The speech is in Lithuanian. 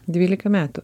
dvylika metų